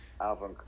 Alvin